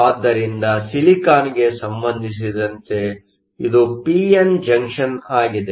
ಆದ್ದರಿಂದ ಸಿಲಿಕಾನ್ಗೆ ಸಂಬಂಧಿಸಿದಂತೆ ಇದು ಪಿ ಎನ್ ಜಂಕ್ಷನ್Junctionಆಗಿದೆ